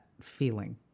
feeling